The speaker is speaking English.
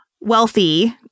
wealthy